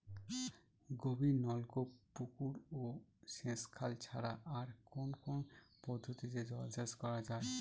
গভীরনলকূপ পুকুর ও সেচখাল ছাড়া আর কোন কোন পদ্ধতিতে জলসেচ করা যায়?